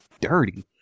dirty